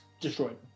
destroyed